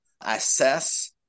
assess